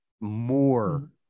more